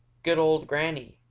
good old granny!